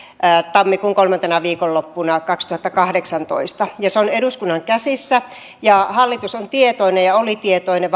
tammikuun kolmantena viikonloppuna kaksituhattakahdeksantoista se on eduskunnan käsissä hallitus on tietoinen ja oli tietoinen